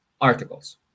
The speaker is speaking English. articles